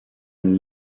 une